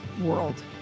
world